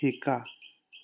শিকা